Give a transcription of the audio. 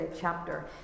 chapter